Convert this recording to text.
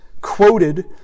quoted